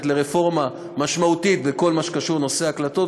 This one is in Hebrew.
לרפורמה משמעותית בכל מה שקשור לנושא ההקלטות,